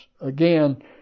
again